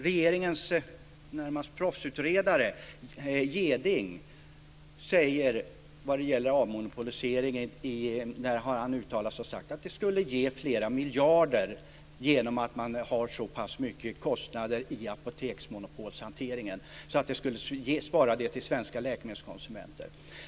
Regeringens proffsutredare - kan man väl kalla det - Jeding, har vad gäller avmonopoliseringen uttalat sig och sagt att det skulle ge flera miljarder, genom att man har så pass mycket kostnader i apoteksmonopolshanteringen, till svenska läkemedelskonsumenter.